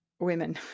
women